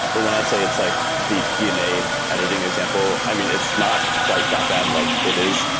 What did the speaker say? but when i say it's like the dna editing example, i mean, it's not quite that bad, like it is.